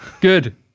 Good